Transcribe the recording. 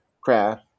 craft